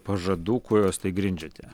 pažadų kuo jūs tai grindžiate